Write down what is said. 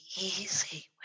easy